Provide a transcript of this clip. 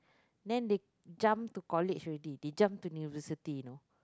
then they jump to college already they jump to university you know